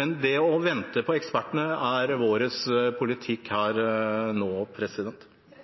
men det å vente på ekspertene er vår politikk